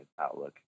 outlook